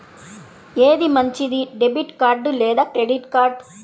ఏది మంచిది, debit card లేదా క్రెడిట్ కార్డ్?